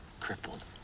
Crippled